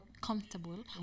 comfortable